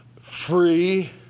free